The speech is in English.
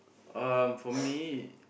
um for me